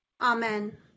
Amen